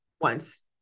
once-